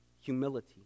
humility